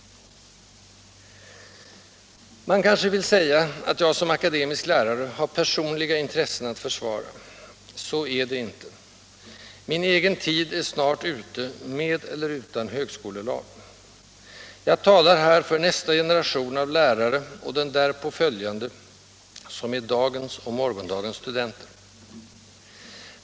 Man kanske vill säga, att jag som akademisk lärare har personliga intressen att försvara. Så är det inte. Min egen tid är snart ute, med eller utan högskolelag. Jag talar här för nästa generation av lärare och den därpå följande, som är dagens och morgondagens studenter.